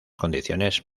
condiciones